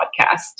podcast